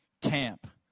Camp